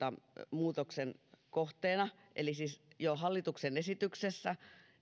muutoksemme kohteena jo hallituksen esityksessä